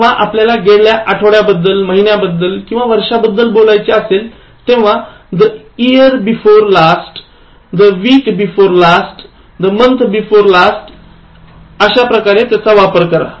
जेव्हा आपल्याला गेल्या आठवड्याबद्दल महिन्यांबद्दल किंवा वर्षाबद्दल बोलायचे असेल तेव्हा the year before lastthe week before last the month before last इत्यादींचा वापर करा